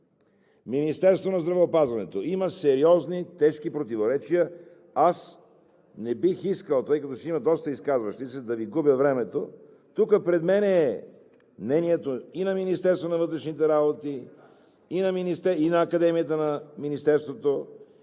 Министерството на здравеопазването има сериозни тежки противоречия. Не бих искал, тъй като ще има доста изказващи се, да Ви губя времето – тук пред мен е мнението и на Министерството на вътрешните работи, и на Академията на Министерството,